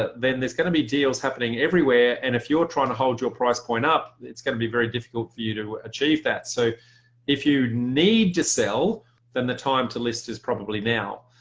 then there's going to be deals happening everywhere and if you're trying to hold your price point up, it's going to be very difficult for you to achieve that. so if you need to sell then, the time to list is probably now.